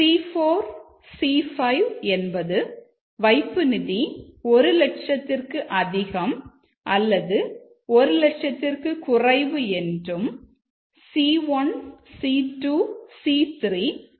C4 C5 என்பது வைப்புநிதி 1 லட்சம் அல்லது 1 லட்சம் என்றும் c1 c2 c3 கால அளவையும் குறிக்கும்